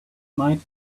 might